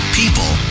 people